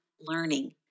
learning